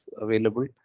available